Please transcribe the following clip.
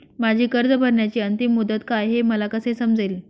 माझी कर्ज भरण्याची अंतिम मुदत काय, हे मला कसे समजेल?